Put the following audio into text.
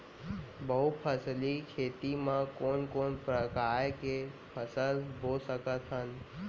बहुफसली खेती मा कोन कोन प्रकार के फसल बो सकत हन?